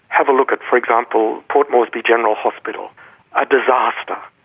have a look at, for example, port moresby general hospital a disaster.